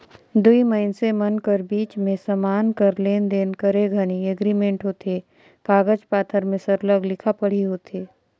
दुई मइनसे मन कर बीच में समान कर लेन देन करे घनी एग्रीमेंट होथे कागज पाथर में सरलग लिखा पढ़ी होथे